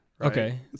okay